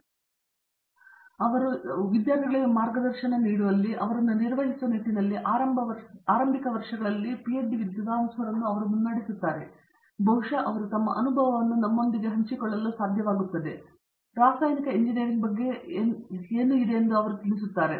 ಅವುಗಳ ನಡುವೆ ಅವರಿಗೆ ಮಾರ್ಗದರ್ಶನ ನೀಡುವಲ್ಲಿ ಅವರು ನಿರ್ವಹಿಸುವ ನಿಟ್ಟಿನಲ್ಲಿ ಆರಂಭಿಕ ವರ್ಷಗಳಲ್ಲಿ ಅವರನ್ನು ಮುನ್ನಡೆಸುತ್ತಾರೆ ಮತ್ತು ಬಹುಶಃ ಅವರು ತಮ್ಮ ಅನುಭವವನ್ನು ನಮ್ಮೊಂದಿಗೆ ಹಂಚಿಕೊಳ್ಳಲು ಸಾಧ್ಯವಾಗುತ್ತದೆ ಮತ್ತು ರಾಸಾಯನಿಕ ಎಂಜಿನಿಯರಿಂಗ್ ಬಗ್ಗೆ ಏನೆಲ್ಲಾ ಹೇಳುವುದನ್ನು ಅವರಿಗೆ ತಿಳಿಸುತ್ತಾರೆ